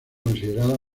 considerada